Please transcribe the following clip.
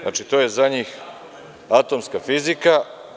Znači, to je za njih atomska fizika.